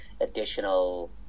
additional